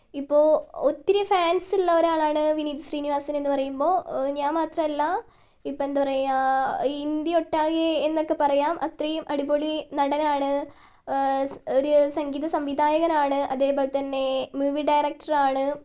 ഇപ്പോൾ ഒത്തിരി ഫാൻസുള്ളൊരാളാണ് വിനീത് ശ്രീനിവാസൻ എന്നു പറയുമ്പോൾ ഞാൻ മാത്രമല്ല ഇപ്പം എന്താ പറയുക ഇന്ത്യ ഒട്ടാകെ എന്നൊക്കെ പറയാം അത്രയും അടിപൊളി നടനാണ് ഒരു സംഗീത സംവിധായകനാണ് അതേപോലെതന്നെ മൂവി ഡയറക്ടർ ആണ്